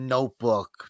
Notebook